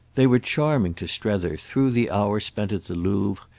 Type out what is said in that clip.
they were charming to strether through the hour spent at the louvre,